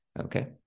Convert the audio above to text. okay